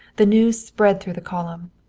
the news spread through the column.